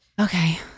Okay